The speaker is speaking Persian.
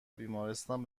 بیمارستان